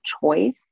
choice